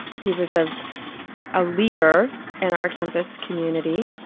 he was a ah leader in our campus community,